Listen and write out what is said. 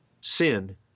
Sin